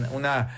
una